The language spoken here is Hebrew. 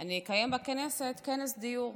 אני אקיים בכנסת כנס דיור.